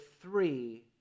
three